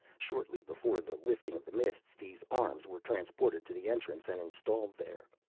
shortly before the lifting of the mists, these arms were transported to the entrance and installed there.